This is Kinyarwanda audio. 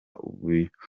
ubunyobwa